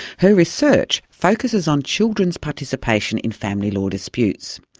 her research focuses on children's participation in family law disputes.